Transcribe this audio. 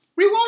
rewatch